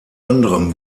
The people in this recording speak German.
anderem